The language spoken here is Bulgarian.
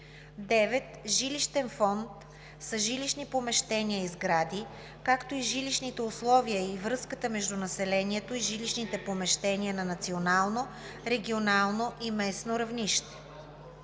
9. „Жилищен фонд“ са жилищни помещения и сгради, както и жилищните условия и връзката между населението и жилищните помещения на национално, регионално и местно равнище.